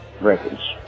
records